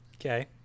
okay